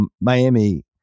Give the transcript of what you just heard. Miami